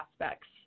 aspects